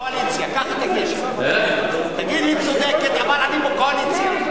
היא צודקת, אבל אני בקואליציה.